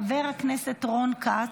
חבר הכנסת רון כץ.